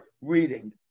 reading